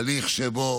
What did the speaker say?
הליך שבו